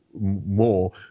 more